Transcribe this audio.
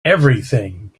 everything